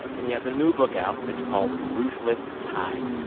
and he has a new book out. it's called ruthless tide.